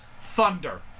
thunder